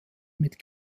mit